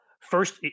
First –